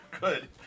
Good